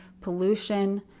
pollution